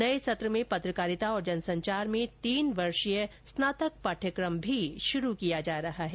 नए सत्र में पत्रकारिता और जनसंचार में तीन वर्षीय स्नातक पाठयक्रम भी शुरू किया जा रहा है